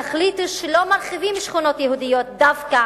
תחליטו שלא מרחיבים שכונות יהודיות דווקא